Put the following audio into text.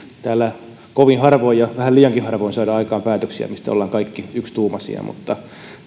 täällä kovin harvoin ja vähän liiankin harvoin saadaan aikaan päätöksiä mistä ollaan kaikki yksituumaisia mutta